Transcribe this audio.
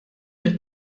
mill